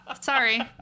Sorry